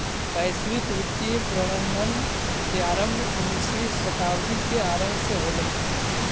वैश्विक वित्तीय प्रबंधन के आरंभ उन्नीसवीं शताब्दी के आरंभ से होलइ